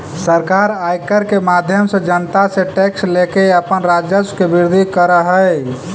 सरकार आयकर के माध्यम से जनता से टैक्स लेके अपन राजस्व के वृद्धि करऽ हई